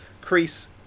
Crease